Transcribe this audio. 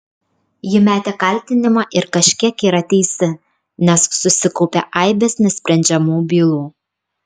ji metė kaltinimą ir kažkiek yra teisi nes susikaupė aibės nesprendžiamų bylų